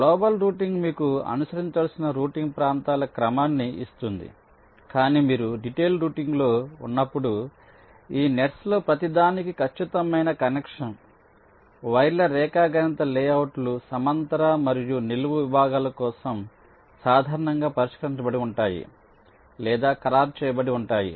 global routing మీకు అనుసరించాల్సిన routing ప్రాంతాల క్రమాన్ని ఇస్తుంది కానీ మీరు డిటైల్డ్ రౌటింగ్లో ఉన్నప్పుడు ఈ నెట్స్లో ప్రతిదానికి ఖచ్చితమైన కనెక్షన్ వైర్ల రేఖాగణిత లేఅవుట్లు సమాంతర మరియు నిలువు విభాగాల కోసం సాధారణంగా పరిష్కరించబబడి ఉంటాయి లేదా ఖరారు చేయబడి ఉంటాయి